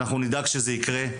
ואנחנו נדאג שזה יקרה.